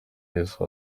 yesu